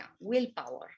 Willpower